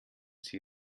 sie